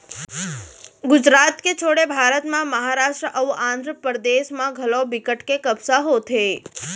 गुजरात के छोड़े भारत म महारास्ट अउ आंध्रपरदेस म घलौ बिकट के कपसा होथे